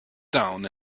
down